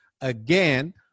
Again